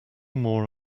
more